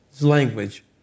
language